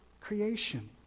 creation